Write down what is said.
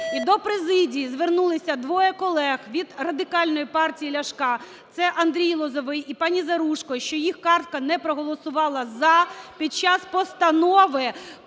І до президії звернулися двоє колег від Радикальної партії Ляшка, це Андрій Лозовой і пані Заружко, що їх картка не проголосувала "за" під час Постанови